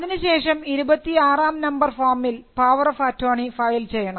അതിനുശേഷം ഇരുപത്തിയാറാം നമ്പർ ഫോമിൽ പവർ ഓഫ് അറ്റോണി ഫയൽ ചെയ്യണം